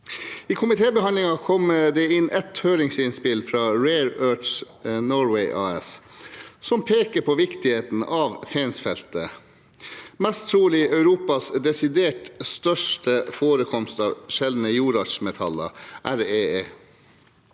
I komitébehandlingen kom det inn ett høringsinnspill fra Rare Earths Norway AS, som peker på viktigheten av Fensfeltet, mest trolig Europas desidert største forekomst av sjeldne jordartsmetaller, REE.